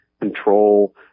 control